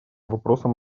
вопросам